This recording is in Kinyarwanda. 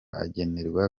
agenerwa